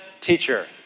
teacher